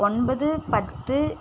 ஒன்பது பத்து